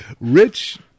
Rich